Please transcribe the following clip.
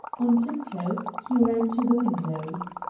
on tiptoe he ran to the windows.